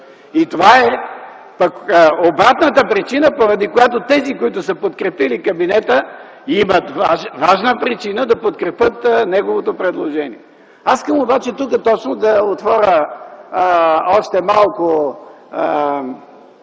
пък е обратната причина поради която тези, които са подкрепили кабинета, имат важни причини на подкрепят неговото предложение. Тук искам да отворя още малко